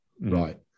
right